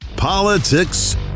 Politics